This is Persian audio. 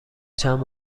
چند